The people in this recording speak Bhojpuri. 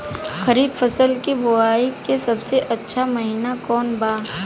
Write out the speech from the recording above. खरीफ फसल के बोआई के सबसे अच्छा महिना कौन बा?